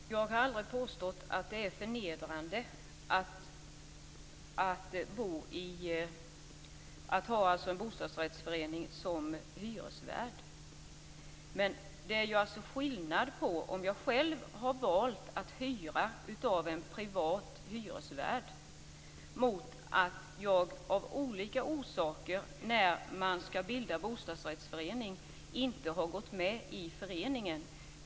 Fru talman! Jag har aldrig påstått att det är förnedrande att ha en bostadsrättsförening som hyresvärd. Men det är skillnad mellan om jag själv har valt att hyra av en privat hyresvärd och om jag av olika orsaker, när man skall bilda en bostadsrättsförening inte har gått med i föreningen.